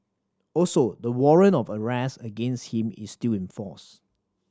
also the warrant of arrest against him is still in force